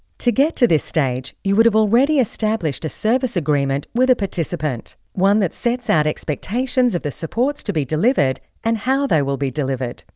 to get to this stage, you would have already established a service agreement with a participant. one that sets out expectations of the supports to be delivered and how they will be delivered.